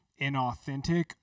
inauthentic